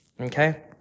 okay